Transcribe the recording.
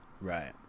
right